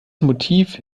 motiv